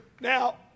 Now